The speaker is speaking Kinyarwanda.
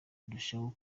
ndushaho